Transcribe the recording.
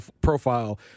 profile